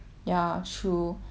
if it's me I will rather just